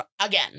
again